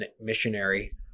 missionary